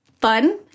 fun